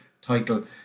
title